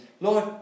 Lord